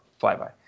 flyby